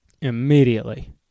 immediately